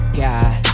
god